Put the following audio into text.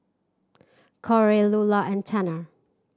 Korey Lula and Tanner